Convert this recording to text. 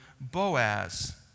Boaz